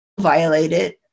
violated